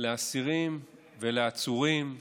לאסירים ולעצורים בזום,